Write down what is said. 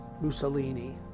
Mussolini